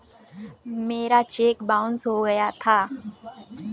मेरा cheque bounce हो गया था